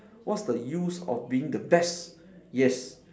what's the use of being the best yes